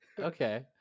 Okay